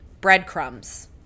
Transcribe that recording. Breadcrumbs